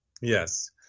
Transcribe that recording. Yes